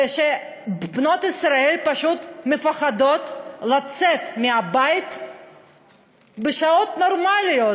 שבנות ישראל פשוט מפחדות לצאת מהבית בשעות נורמליות,